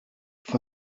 for